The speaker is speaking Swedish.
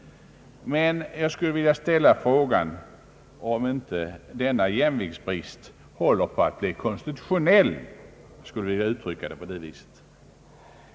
Men jag skulle vilja ställa frågan om inte denna jämviktsbrist håller på att bli konstitutionell.